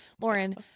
Lauren